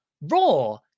Raw